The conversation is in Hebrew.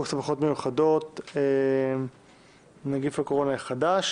סמכויות מיוחדות להתמודדות עם נגיף הקורונה החדש